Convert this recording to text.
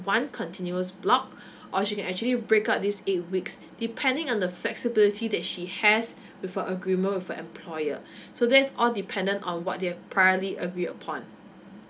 one continuous block or she can actually break up this eight weeks depending on the flexibility that she has with a agreement with her employer so that's all dependent on what they have priorly agreed upon